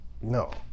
no